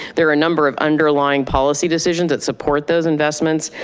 there are a number of underlying policy decisions that support those investments.